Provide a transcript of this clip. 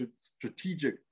strategic